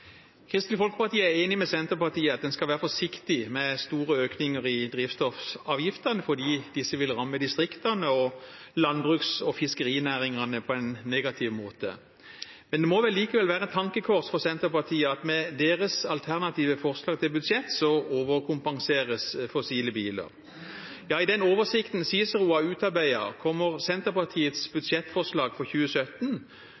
Kristelig Folkeparti er enig med Senterpartiet i at en skal være forsiktig med store økninger i drivstoffavgiftene fordi disse vil ramme distriktene og landbruks- og fiskerinæringene på en negativ måte. Men det må likevel være et tankekors for Senterpartiet at med deres alternative forslag til budsjett overkompenseres fossile biler. Ja, i den oversikten CICERO har utarbeidet, kommer Senterpartiets